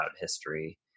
history